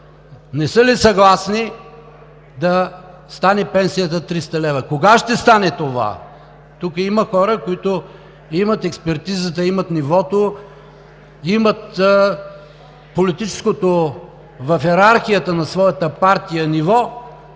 не са ли съгласни да стане пенсията 300 лв.? Кога ще стане това?! Тук има хора, които имат експертизата, имат нивото, имат политическото ниво в йерархията на своята партия да